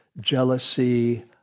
jealousy